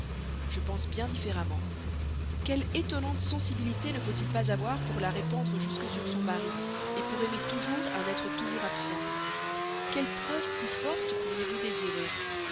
je pense bien différemment quelle étonnante sensibilité ne faut-il pas avoir pour la répandre jusque sur son mari et pour aimer toujours un être toujours absent quelle preuve plus forte pourriez-vous désirer